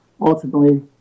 ultimately